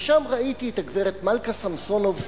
ושם ראיתי את הגברת מלכה סמסונוב,